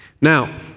Now